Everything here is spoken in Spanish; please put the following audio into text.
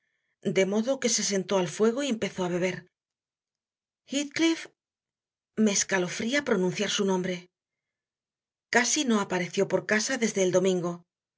de modo que se sentó al fuego y empezó a beber heathcliff me escalofría pronunciar su nombre casi no apareció por casa desde el domingo